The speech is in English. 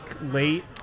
late